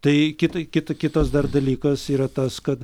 tai kit kit kitas dalykas yra tas kad